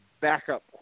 backup